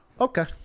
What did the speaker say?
Okay